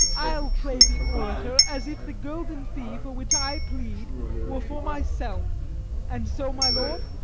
i'll play the orator as if the golden fee for which i plead were for myself and so, my lord,